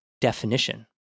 definition